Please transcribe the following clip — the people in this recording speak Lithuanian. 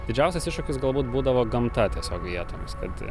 didžiausias iššūkis galbūt būdavo gamta tiesiog vietomis kad